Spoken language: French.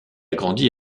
grandi